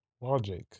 Logic